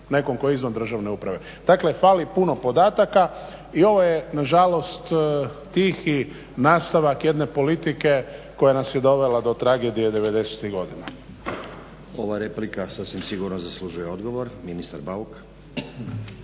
nekom tko je izvan državne uprave. Dakle, fali puno podataka i ovo je nažalost tihi nastavak jedne politike koja nas je dovela do tragedije 90-ih godina. **Stazić, Nenad (SDP)** Ova replika sasvim sigurno zaslužuje odgovor, ministar Bauk.